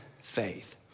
faith